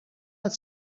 that